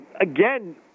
Again